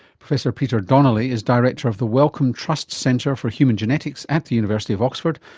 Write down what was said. professor peter donnelly is director of the wellcome trust centre for human genetics at the university of oxford,